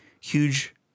huge